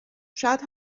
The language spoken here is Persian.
شاید